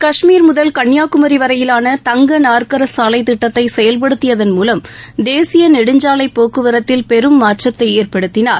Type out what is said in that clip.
கஷ்மீர் முதல் கன்னியாகுமரி வரையிலான தங்க நாற்கர சாலைத் திட்டத்தை செயல்படுத்தியதன் மூலம் தேசிய நெடுஞ்சாலை போக்குவரத்தில் பெரும் மாற்றத்தை ஏற்படுத்தினார்